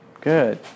good